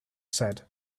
said